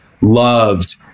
loved